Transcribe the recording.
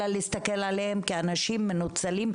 אלא להסתכל עליהם כאנשים מנוצלים,